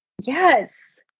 Yes